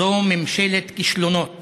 זו ממשלת כישלונות